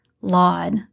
laud